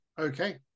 Okay